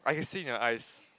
I can see it in your eyes